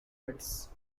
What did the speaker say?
pits